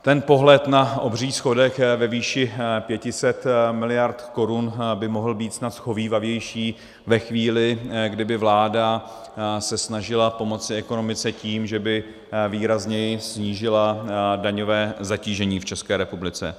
Ten pohled na obří schodek ve výši 500 miliard korun by mohl být snad shovívavější ve chvíli, kdy by se vláda snažila pomoci ekonomice tím, že by výrazněji snížila daňové zatížení v České republice.